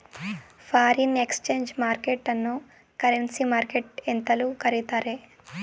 foreign exchange market ಅನ್ನೋ currency market ಎಂತಲೂ ಕರಿತ್ತಾರೆ